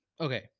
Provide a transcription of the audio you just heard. okay